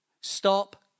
Stop